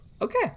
Okay